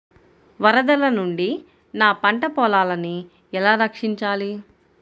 వరదల నుండి నా పంట పొలాలని ఎలా రక్షించాలి?